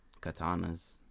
katanas